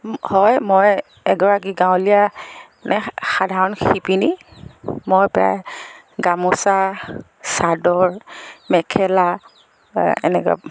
হয় মই এগৰাকী গাঁৱলীয়া সাধাৰণ শিপিনী মই প্ৰায় গামোচা চাদৰ মেখেলা এনেকৈ